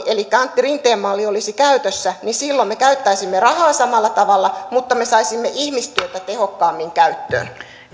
elikkä antti rinteen malli olisi käytössä niin silloin me käyttäisimme rahaa samalla tavalla mutta me saisimme ihmistyötä tehokkaammin käyttöön